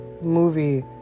movie